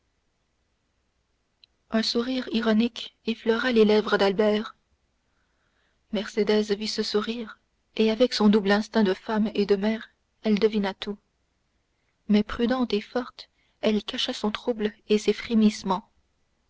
un sourire ironique effleura les lèvres d'albert mercédès vit ce sourire et avec son double instinct de femme et de mère elle devina tout mais prudente et forte elle cacha son trouble et ses frémissements